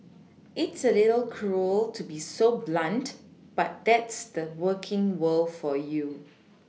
it's a little cruel to be so blunt but that's the working world for you